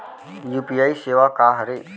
UPI सेवा का हरे?